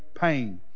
pain